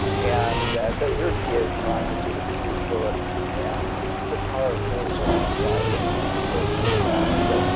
and so here she is trying to sort of soothe philip and the car pulls alongside them and the window comes down, they go,